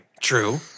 true